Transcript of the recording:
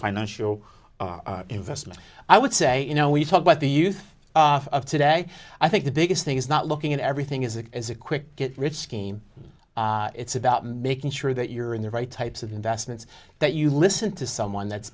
financial investment i would say you know we talk about the youth of today i think the biggest thing is not looking at everything as it is a quick get rich scheme it's about making sure that you're in the right types of investments that you listen to someone that's